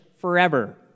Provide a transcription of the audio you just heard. forever